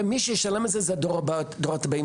ומי שישלם את זה זה הדורות הבאים,